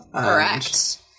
Correct